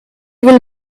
will